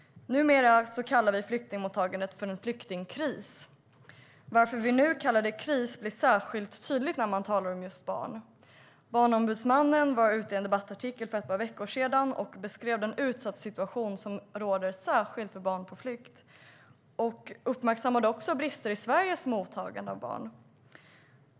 Numera kallar vi flyktingmottagandet för en flyktingkris. Varför vi nu kallar det kris blir särskilt tydligt när man talar om just barn. Barnombudsmannen beskrev i en debattartikel för ett par veckor sedan den utsatta situation som råder för barn på flykt. Han uppmärksammade också brister i Sveriges mottagande av barn.